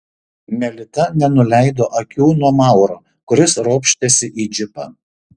melita nenuleido akių nuo mauro kuris ropštėsi į džipą